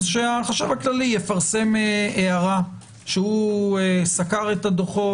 אז שהחשב הכללי יפרסם הערה שסקר את הדוחות.